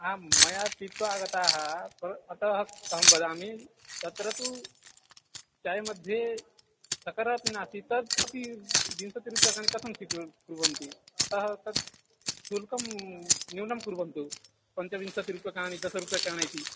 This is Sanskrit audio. आं मया पीत्वा आगताः भो अतः अहं वदामि तत्र तु छाया मध्ये सकरं नास्ति तद् अपि विंशतिरूप्यकाणि कथं स्वीकुर्मः कुर्वन्ति अतः तत् शुल्कं न्यूनं कुर्वन्तु पञ्चविंशतिरूप्यकाणि दशरूप्यकाणि इति